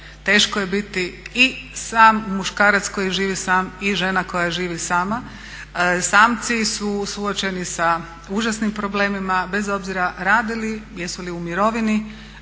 teško je biti i sam muškarac koji živi sam, i žena koja živi sama. Samci su suočeni sa užasnim problemima, bez obzira rade li, jesu li u mirovini,